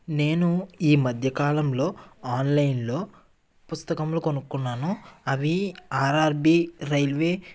నేను ఈ మధ్యకాలంలో ఆన్లైన్లో పుస్తకాలు కొనుక్కున్నాను అవి ఆర్ఆర్బీ రైల్వే